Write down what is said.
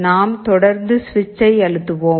நாம் தொடர்ந்து சுவிட்சை அழுத்துவோம்